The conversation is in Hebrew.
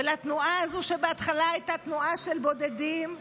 ולתנועה הזו, שבהתחלה הייתה תנועה של בודדים,